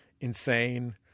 insane